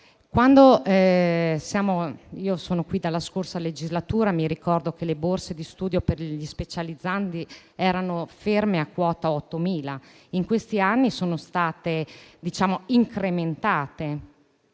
Io sono qui dalla scorsa legislatura e mi ricordo che le borse di studio per gli specializzandi erano ferme a quota 8.000. In questi anni sono state incrementate,